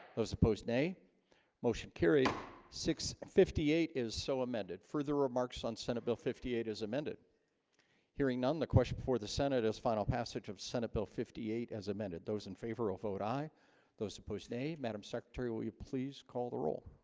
those opposed nay motion carried six hundred and fifty eight is so amended further remarks on senate bill fifty eight as amended hearing none the question before the senate is final passage of senate bill fifty eight as amended those in favor of vote aye those opposed nay madam secretary. will you please call the roll?